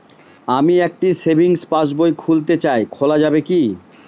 আমি একটি সেভিংস পাসবই খুলতে চাই খোলা যাবে কি?